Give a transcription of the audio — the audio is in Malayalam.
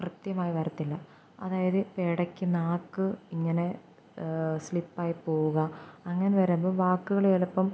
കൃത്യമായി വരത്തില്ല അതായത് ഇടയ്ക്ക് നാക്ക് ഇങ്ങനെ സ്ലിപ്പായി പോവുക അങ്ങനെ വരുമ്പോള് വാക്കുകള് ചിലപ്പോള്